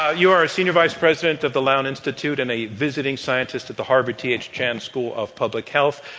ah you are senior vice president of the lown institute and a visiting scientist at the harvard t. h. chan school of public health.